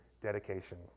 dedication